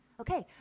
Okay